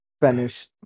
Spanish